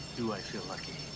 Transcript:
do i feel lucky?